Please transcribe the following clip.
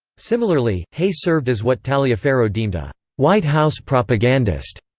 similarly, hay served as what taliaferro deemed a white house propagandist,